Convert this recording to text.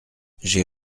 j’ai